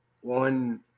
one